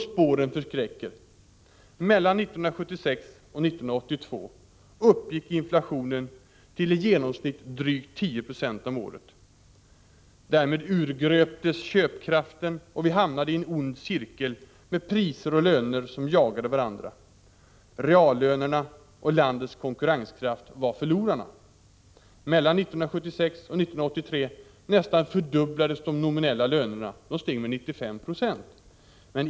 Spåren förskräcker. Mellan 1976 och 1982 uppgick inflationen till i genomsnitt drygt 10 76 om året. Därmed urgröptes köpkraften, och vi hamnade i en ond cirkel med priser och löner som jagade varandra. Reallönerna och landets konkurrenskraft var förlorarna. Mellan 1976 och 1983 nästan fördubblades de nominella lönerna; de steg med 95 4.